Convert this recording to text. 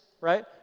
right